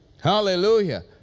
Hallelujah